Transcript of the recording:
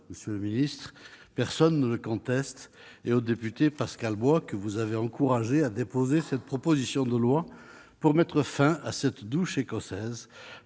grâce à vous- personne ne le conteste -et au député Pascal Bois, que vous avez encouragé à déposer cette proposition de loi pour mettre fin à cette douche écossaise